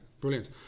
brilliant